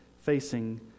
facing